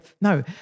No